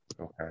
Okay